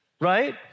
right